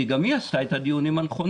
כי גם היא עשתה את הדיונים הנכונים,